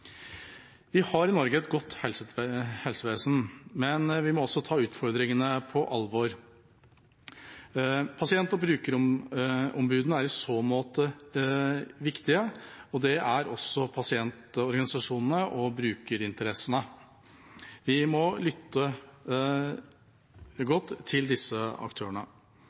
Vi har i Norge et godt helsevesen, men vi må også ta utfordringene på alvor. Pasient- og brukerombudene er i så måte viktige, og det er også pasientorganisasjonene og brukerinteressene. Vi må lytte godt til disse aktørene.